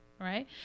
Right